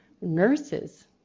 nurses